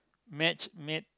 match made